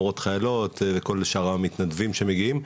מורות חיילות וכל שאר המתנדבים שמגיעים.